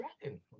Dragon